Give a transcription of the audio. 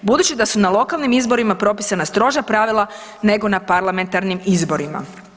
Budući da su na lokalnim izborima propisana stroža pravila nego na parlamentarnim izborima.